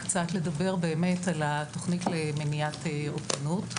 קצת לדבר על התוכנית למניעת אובדנות.